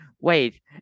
wait